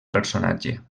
personatge